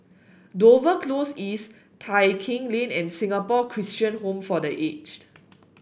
Dover Close East Tai Keng Lane and Singapore Christian Home for The Aged